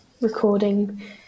recording